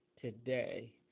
today